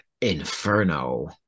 Inferno